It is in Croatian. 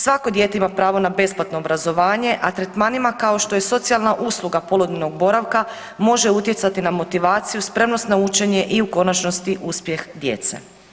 Svako dijete ima pravo na besplatno obrazovanje, a tretmanima kao što je socijalna usluga poludnevnog boravka može utjecati na motivaciju, spremnost na učenje i u konačnosti uspjeh djece.